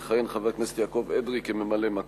יכהן חבר הכנסת יעקב אדרי כממלא-מקום.